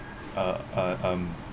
uh uh um